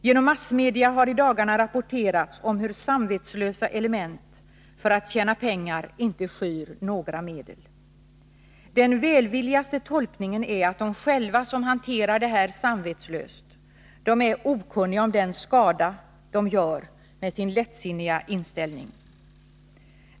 Genom massmedia har i dagarna rapporterats om hur samvetslösa element för att tjäna pengar inte skyr några medel. Den välvilligaste tolkningen är att de som själva hanterar detta samvetslöst, de är okunniga om den skada de gör med sin lättsinniga inställning.